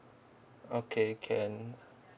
okay can